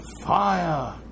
fire